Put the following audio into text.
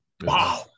wow